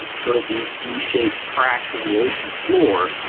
sort of these these v-shaped cracks in the ocean floor,